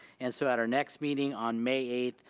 and so at our next meeting on may eighth,